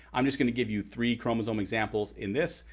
i'm just going to give you three chromosome examples in this,